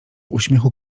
uśmiechu